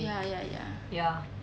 ya ya ya